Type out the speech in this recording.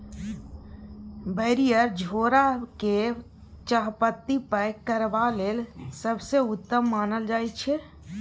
barrier झोरा केँ चाहपत्ती पैक करबा लेल सबसँ उत्तम मानल जाइ छै